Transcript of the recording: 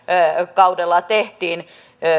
kaudella tehtiin